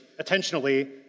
attentionally